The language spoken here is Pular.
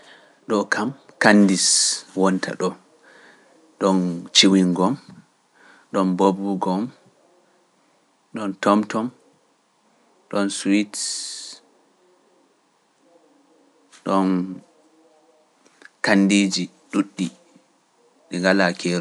Ɗo kam, kandis wonta ɗo, ɗom ciwingom, ɗom boobugom, ɗom tomtom, ɗom suwits, ɗom kandiiji ɗuɗɗi ɗi ngalaa keeru.